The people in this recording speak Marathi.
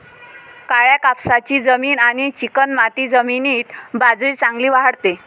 काळ्या कापसाची जमीन आणि चिकणमाती जमिनीत बाजरी चांगली वाढते